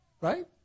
right